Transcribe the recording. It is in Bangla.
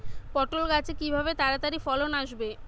পটল গাছে কিভাবে তাড়াতাড়ি ফলন আসবে?